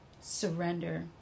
surrender